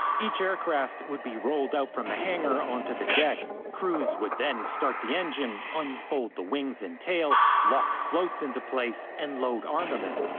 each aircraft would be rolled out from the hangar onto the deck. crews would then start the engine, unfold the wings and tail, lock floats into place, and load armament.